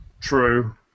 True